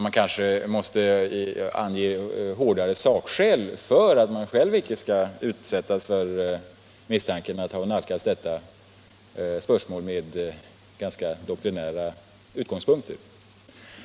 Man kanske måste ange hårdare sakskäl för att man själv icke skall utsättas för misstanken att ha nalkats detta spörsmål från doktrinära utgångspunkter.